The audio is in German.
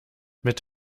mit